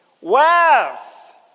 Wealth